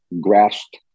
grasped